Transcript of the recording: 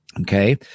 Okay